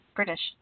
British